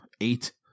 Eight